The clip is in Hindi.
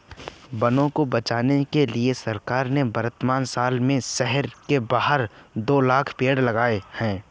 वनों को बचाने के लिए सरकार ने वर्तमान साल में शहर के बाहर दो लाख़ पेड़ लगाए हैं